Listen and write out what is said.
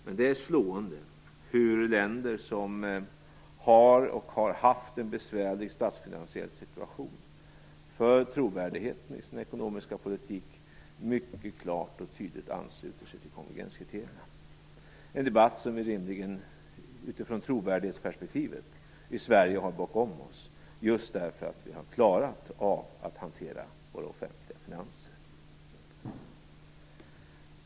Men det är slående hur länder som har och har haft en besvärlig statsfinansiell situation för trovärdigheten i sin ekonomiska politik mycket klart och tydligt ansluter sig till konvergenskriterierna. En debatt som vi i Sverige utifrån trovärdighetsperspektivet rimligen har bakom oss just därför att vi har klarat av att hantera våra offentliga finanser.